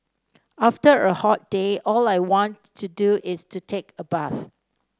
after a hot day all I want to do is to take a bath